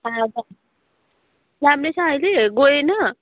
राम्रै छ अहिले गएन